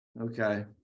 okay